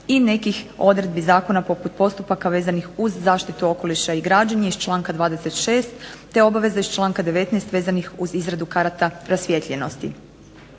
i nekih odredbi zakona poput postupaka vezanih uz zaštitu okoliša i građenje iz članka 26. te obaveze iz članka 19. vezanih uz izradu karata rasvijetljenosti.